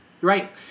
Right